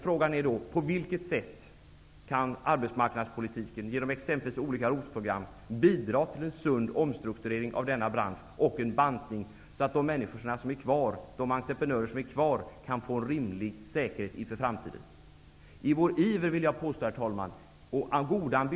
Frågan är då på vilket sätt arbetsmarknadspolitiken, genom exempelvis olika ROT-program, kan bidra till en sund omstrukturering och bantning av denna bransch, så att de entreprenörer som finns kvar kan få en rimlig säkerhet inför framtiden. Herr talman!